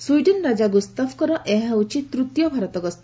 Sweden ରାଜା ଗୁସ୍ତାଫଙ୍କର ଏହା ହେଉଛି ତୂତୀୟ ଭାରତ ଗସ୍ତ